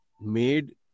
made